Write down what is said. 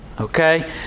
Okay